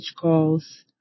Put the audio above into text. calls